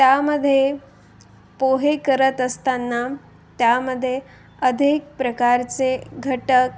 त्यामध्ये पोहे करत असतांना त्यामध्ये अधिक प्रकारचे घटक